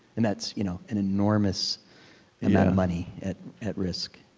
and that's you know an enormous amount of money at at risk.